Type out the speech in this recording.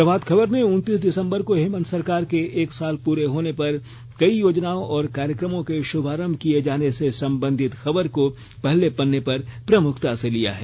प्रभात खबर ने उनतीस दिसंबा को हेमंत सरकार के एक साल पूरे होने पर कई योजनाओं और कार्यक्रमों के शुभारंभ किए जाने से संबंधित खबर को पहले पन्ने पर प्रमुखता से लिया है